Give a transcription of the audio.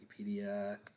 Wikipedia